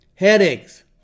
headaches